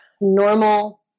normal